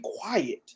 quiet